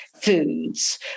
foods